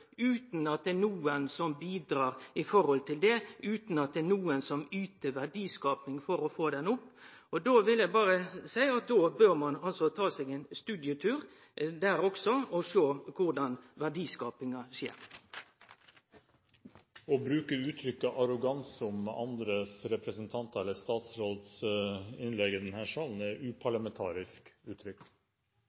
utan at nokon bidreg til det, utan at det er nokon som yter verdiskaping for å få ho opp? Då vil eg berre seie at då bør ein ta seg ein studietur – der òg – og sjå korleis verdiskapinga skjer. Å bruke uttrykket «arroganse» om andre representanters eller statsråders innlegg i denne salen, er uparlamentarisk.